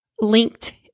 linked